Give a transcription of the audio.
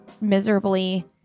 miserably